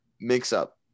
mix-up